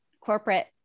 corporate